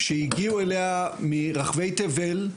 שהגיעו אליה מרחבי תבל,